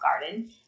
garden